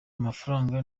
amafaranga